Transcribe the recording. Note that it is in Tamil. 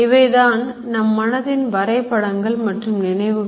இவைதான் நம் மனதின் வரைபடங்கள் மற்றும் நினைவுகள்